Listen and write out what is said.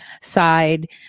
side